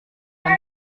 den